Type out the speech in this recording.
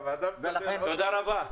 תודה רבה.